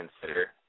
consider